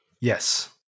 Yes